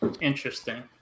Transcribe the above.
Interesting